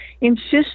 insist